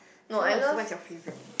so what's what's your favourite